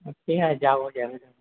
ঠিক আছে যাব যাব